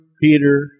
Peter